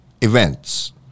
events